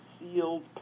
sealed